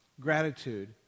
gratitude